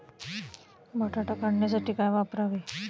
बटाटा काढणीसाठी काय वापरावे?